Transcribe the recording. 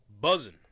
buzzing